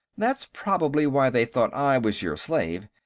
that's probably why they thought i was your slave.